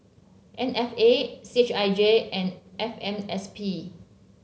M F A C H I J and F M S P